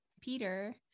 Peter